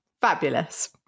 fabulous